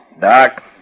Doc